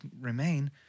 remain